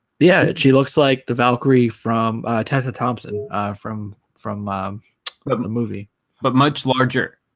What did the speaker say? yeah, that she looks like the valkyrie from tessa thompson from from but and the movie but much larger